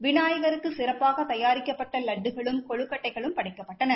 விநாயகருக்கு சிறப்பாக தயாரிக்கப்பட்ட லட்டுகளும் கொளுக்கட்டைகளும் படைக்கப்பட்டன